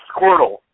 Squirtle